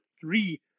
three